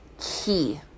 key